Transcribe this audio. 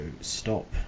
stop